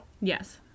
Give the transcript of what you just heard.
Yes